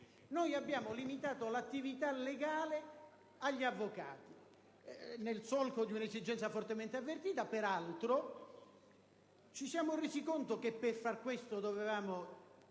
Abbiamo limitato quest'ultima agli avvocati, nel solco di un'esigenza fortemente avvertita, ma ci siamo resi conto che per far questo dovevamo